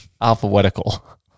Alphabetical